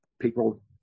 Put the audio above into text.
people